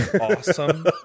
awesome